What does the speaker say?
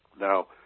now